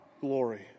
glory